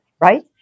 Right